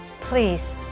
Please